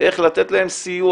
איך לתת להם סיוע,